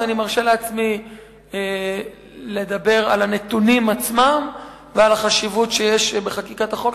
אז אני מרשה לעצמי לדבר על הנתונים עצמם ועל החשיבות של חקיקת החוק,